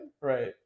right